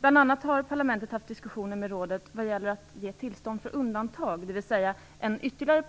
Bl.a. har parlamentet haft diskussioner med rådet vad gäller att ge tillstånd för undantag, dvs. en period om ytterligare